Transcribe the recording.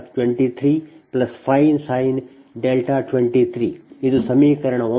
5 cos 23 5sin 23 ಇದು ಸಮೀಕರಣ 9